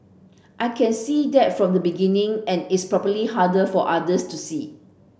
I can see that from the beginning and it's probably harder for others to see